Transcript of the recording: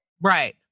Right